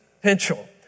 potential